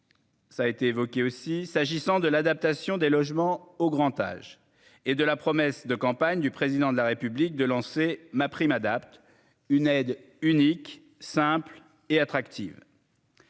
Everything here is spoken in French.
ça a été évoqué aussi, s'agissant de l'adaptation des logements au grand âge et de la promesse de campagne du président de la République de lancer ma prime adapte une aide unique, simple et attractive.